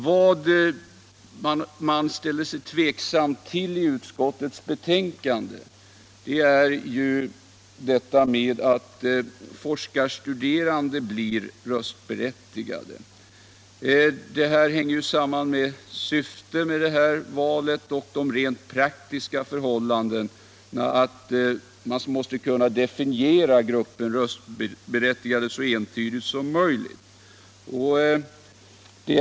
Vad man ställer sig tveksam till i utskottets betänkande är detta med att forskarstuderande blir röstberättigade. Det hänger samman med syftet LK med valet och de rent praktiska förhållandena, att gruppen röstberättigade — Forskningsrådsormåste kunna definieras så entydigt som möjligt.